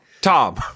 Tom